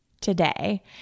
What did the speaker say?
today